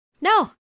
No